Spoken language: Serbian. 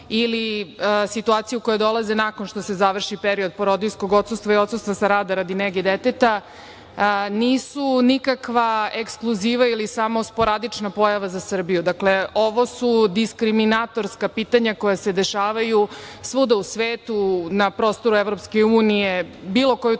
ili situacije u koje dolaze nakon što se završi period porodiljskog odsustva i odsustva sa rada radi nege deteta, nisu nikakva ekskluziva ili samo sporadična pojava za Srbiju. Dakle, ovo su diskriminatorska pitanja koja se dešavaju svuda u svetu, na prostoru EU, bilo koju tačku